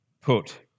put